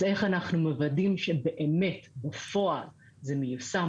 אז איך אנחנו מוודאים שבאמת בפועל זה מיושם